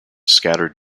scattered